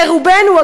לרובנו,